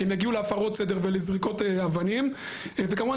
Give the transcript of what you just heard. שהם הגיעו להפרות סדר ולזריקות אבנים וכמובן